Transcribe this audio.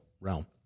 realm